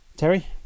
terry